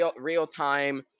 real-time